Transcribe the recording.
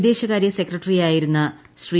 വിദേശകാര്യ സെക്രട്ടറിയായിരുന്ന ശ്രീ